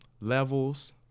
Levels